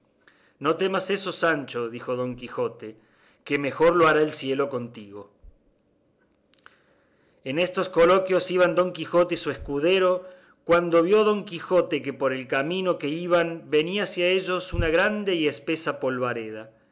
no temas eso sancho dijo don quijote que mejor lo hará el cielo contigo es estos coloquios iban don quijote y su escudero cuando vio don quijote que por el camino que iban venía hacia ellos una grande y espesa polvareda